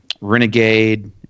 Renegade